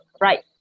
right